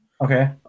okay